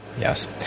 Yes